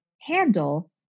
handle